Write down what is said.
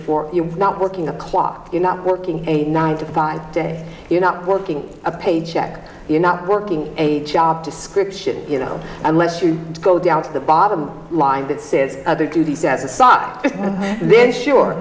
for you not working a clock you're not working a nine to five day you know working a paycheck you're not working a job description you know unless you go down to the bottom line that says other duties as a side then sure